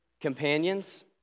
companions